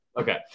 okay